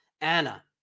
Anna